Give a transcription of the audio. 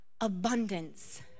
abundance